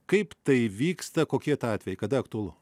kaip tai vyksta kokie tie atvejai kada aktualu